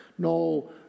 No